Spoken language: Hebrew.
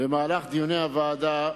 במהלך דיוני הוועדה,